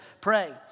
pray